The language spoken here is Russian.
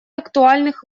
актуальных